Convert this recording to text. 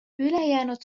ülejäänud